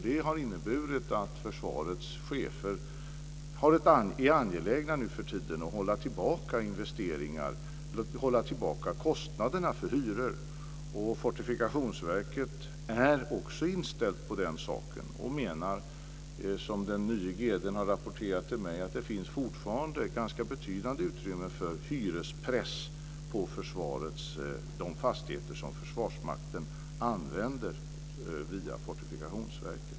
Det har inneburit att försvarets chefer nu för tiden är angelägna att hålla tillbaka investeringar och kostnader för hyror. Fortifikationsverket är också inställt på den saken och menar, som den nye gd:n har rapporterat till mig, att det fortfarande finns ganska betydande utrymme för hyrespress på de fastigheter som Försvarsmakten använder via Fortifikationsverket.